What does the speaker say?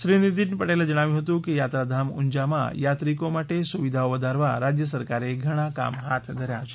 શ્રી નીતીન પટેલે જણાવ્યું હતું કે યાત્રાધામ ઉંઝામાં યાત્રિકો માટે સુવિધાઓ વધારવા રાજ્ય સરકારે ધણાં કામ હાથ ધર્યા છે